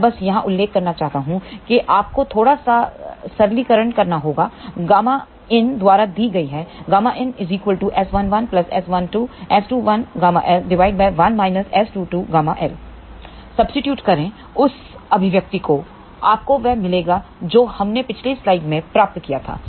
मैं बस यहाँ उल्लेख करना चाहता हूं कि आपको थोड़ा सा सरलीकरण करना होगाƬIN द्वारा दी गई है ƬIN S11S12S21ƬL1 S22ƬL सबस्टिट्यूट करें उस अभिव्यक्ति को आपको वह मिलेगा जो हमने पिछली स्लाइड में प्राप्त किया था